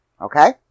Okay